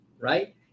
right